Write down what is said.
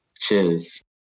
Cheers